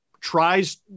tries